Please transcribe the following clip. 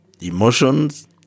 emotions